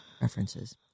references